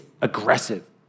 aggressive